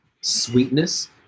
sweetness